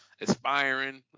aspiring